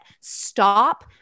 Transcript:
Stop